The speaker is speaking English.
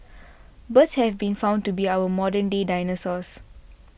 birds have been found to be our modern day dinosaurs